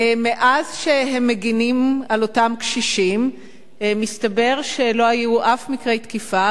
ומאז שהם מגינים על אותם קשישים מסתבר שלא היו מקרי תקיפה